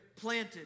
planted